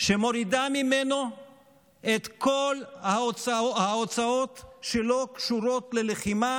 שמורידה ממנו את כל ההוצאות שלא קשורות ללחימה